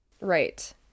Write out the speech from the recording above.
right